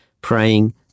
praying